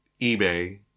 eBay